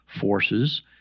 forces